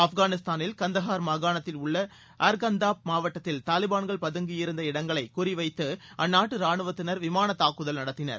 ஆப்கானிஸ்தானில் கந்தஹார் மாகாணத்தில் உள்ள அர்கந்தாப் மாவட்டத்தில் தாலிபான்கள் பதுங்கியிருந்த இடங்களை குறிவைத்து அந்நாட்டு ராணுவத்தினர் விமானத் தாக்குதல் நடத்தினர்